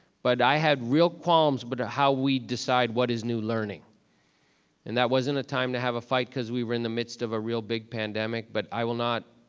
but i had real qualms about but ah how we decide what is new learning and that wasn't a time to have a fight cause we were in the midst of a real big pandemic, but i will not,